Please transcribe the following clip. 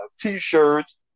T-shirts